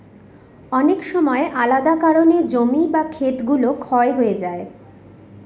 অনেক সময় আলাদা কারনে জমি বা খেত গুলো ক্ষয়ে যায়